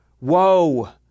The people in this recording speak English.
woe